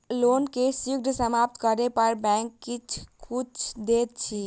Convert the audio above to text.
loan केँ शीघ्र समाप्त करै पर बैंक किछ छुट देत की